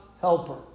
helper